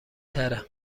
تره